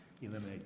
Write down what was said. eliminate